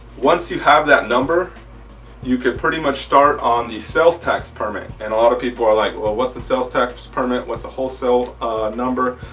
once you have that number you can pretty much start on the sales tax permit. and a lot of people are like well what's the sales tax permit? what's a wholesale number?